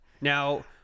now